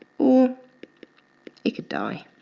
or it could die.